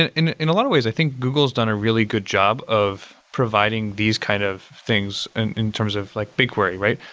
and in in a lot of ways, i think google has done a really good job of providing these kind of things and in terms of like bigquery, right?